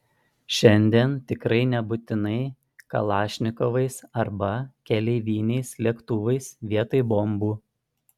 šiandien tikrai nebūtinai kalašnikovais arba keleiviniais lėktuvais vietoj bombų